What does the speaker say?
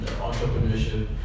entrepreneurship